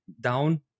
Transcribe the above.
down